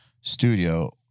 studio